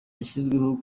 hashyizweho